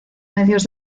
medios